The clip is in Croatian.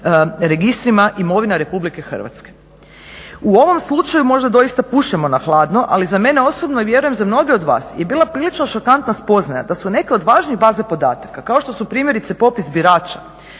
registrima imovina Republike Hrvatske. U ovom slučaju možda doista pušemo na hladno, ali za mene osobno i vjerujem za mnoge od vas je bila prilično šokantna spoznaja da su neke od važnih baza podataka kao što su primjerice popis birača